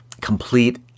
complete